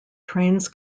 trains